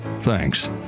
thanks